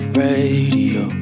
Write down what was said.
radio